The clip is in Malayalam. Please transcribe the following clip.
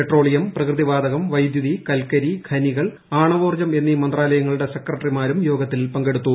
പെട്രോളിയം പ്രകൃതിവാത്കും വൈദ്യുതി കൽക്കരി ഖനികൾ ആണവോർജ്ജ് എന്നീ മന്ത്രാലയങ്ങളുടെ സെക്രട്ടറിമാരും യോഗത്തിൽ പങ്കെടുത്തു